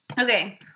Okay